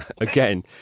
again